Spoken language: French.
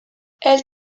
elle